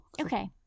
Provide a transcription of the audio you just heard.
Okay